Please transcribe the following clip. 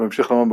ה"מאור